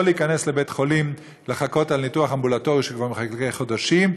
לא להיכנס לבית-חולים לחכות לניתוח אמבולטורי שהוא כבר מחכה לו חודשים,